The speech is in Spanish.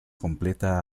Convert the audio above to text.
completa